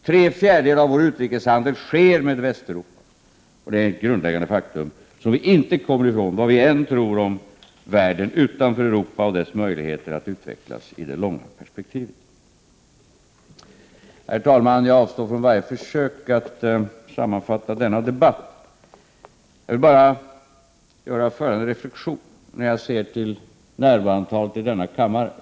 Tre fjärdedelar av vår utrikeshandel sker med Västeuropa. Det är ett grundläggande faktum som vi inte kommer ifrån vad vi än tror om världen utanför Europa och dess möjligheter att utvecklas i det långa perspektivet. Herr talman! Jag avstår från varje försök att sammanfatta denna debatt. Jag vill bara göra följande reflexion, när jag ser närvaroantalet i denna kammare.